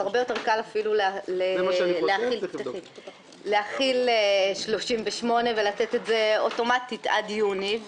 הרבה יותר קל להחיל את 38 ולתת את זה אוטומטית עד יוני.